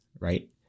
Right